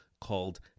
called